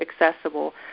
accessible